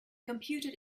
computed